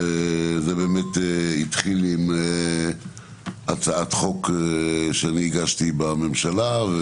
זה התחיל עם הצעת חוק שהגשתי בממשלה,